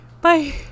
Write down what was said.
bye